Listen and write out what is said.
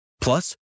Plus